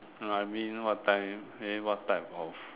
no lah I mean what time eh I mean what type of